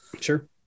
Sure